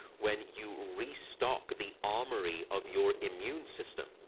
when you restock the armory of your immune system.